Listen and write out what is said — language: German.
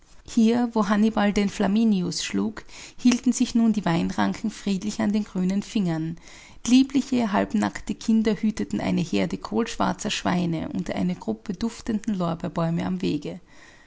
hier wo hannibal den flaminius schlug hielten sich nun die weinranken friedlich an den grünen fingern liebliche halbnackte kinder hüteten eine herde kohlschwarzer schweine unter einer gruppe duftender lorbeerbäume am wege